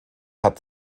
hat